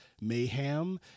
mayhem